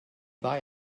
buy